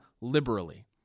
liberally